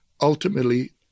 ultimately